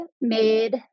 made